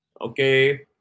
Okay